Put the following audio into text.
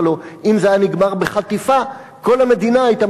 הלוא אם זה היה נגמר בחטיפה כל המדינה היתה